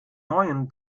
neuen